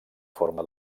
forma